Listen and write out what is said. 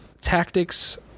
Tactics